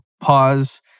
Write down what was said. pause